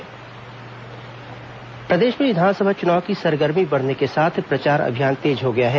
विस चुनाव प्रचार अभियान प्रदेश में विधानसभा चुनाव की सरगर्मी बढ़ने के साथ प्रचार अभियान तेज हो गया है